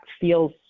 feels